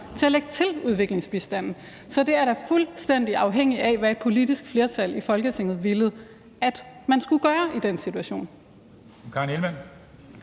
til at lægge til udviklingsbistanden. Så det er da fuldstændig afhængigt af, hvad et politisk flertal i Folketinget har villet at man skulle gøre i den situation.